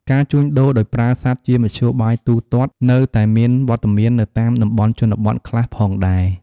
ការជួញដូរដោយប្រើសត្វជាមធ្យោបាយទូទាត់នៅតែមានវត្តមាននៅតាមតំបន់ជនបទខ្លះផងដែរ។